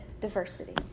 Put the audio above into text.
diversity